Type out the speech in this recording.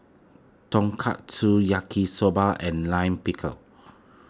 Tonkatsu Yaki Soba and Lime Pickle